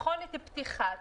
ולבחון את פתיחת